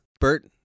Bert